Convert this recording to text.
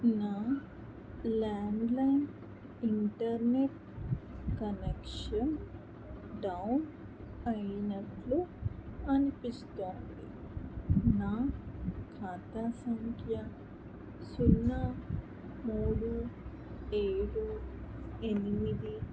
నా landline internet connection down అయినట్లు అనిపిస్తోంది నా ఖాతా సంఖ్య సున్నా మూడు ఏడు ఎనిమిది